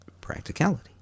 practicality